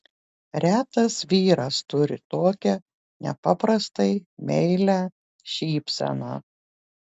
retas vyras turi tokią nepaprastai meilią šypseną